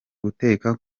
guteka